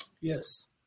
Yes